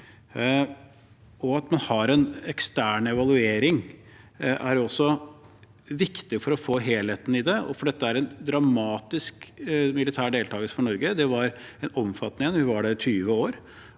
At man har en ekstern evaluering, er også viktig for å få helheten i det, for dette var en dramatisk militær deltakelse for Norge. Det var omfattende. Vi var der i 20 år,